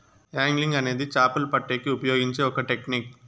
angling అనేది చాపలు పట్టేకి ఉపయోగించే ఒక టెక్నిక్